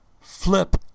flip